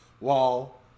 wall